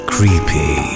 Creepy